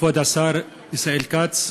כבוד השר ישראל כץ,